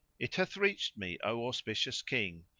it hath reached me, o auspicious king,